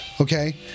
Okay